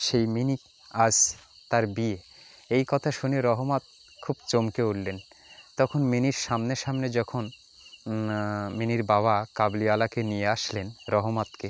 সেই মিনি আজ তার বিয়ে এই কথা শুনে রহমত খুব চমকে উঠলেন তখন মিনির সামনে সামনে যখন মিনির বাবা কাবুলিওয়ালাকে নিয়ে আসলেন রহমতকে